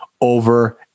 over